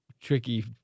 tricky